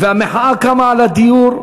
והמחאה קמה על הדיור,